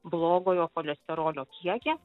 blogojo cholesterolio kiekį